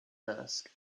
desk